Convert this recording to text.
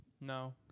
No